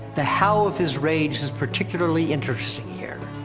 the how of his rage is particularly interesting here.